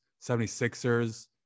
76ers